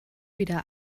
wieder